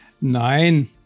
Nein